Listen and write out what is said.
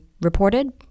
reported